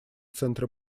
центре